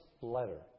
letter